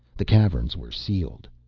the caverns were sealed.